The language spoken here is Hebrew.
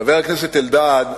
חבר הכנסת אלדד,